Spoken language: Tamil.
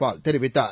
பால் தெரிவித்தார்